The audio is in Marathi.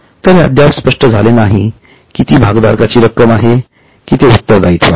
तर हे अद्याप स्पष्ट झाले नाही की ती भागधारकांची रक्कम आहे की ते उत्तरदायित्व आहे